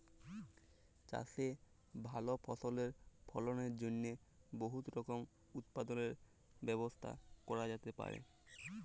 চাষে ভাল ফসলের ফলনের জ্যনহে বহুত রকমের উৎপাদলের ব্যবস্থা ক্যরা যাতে পারে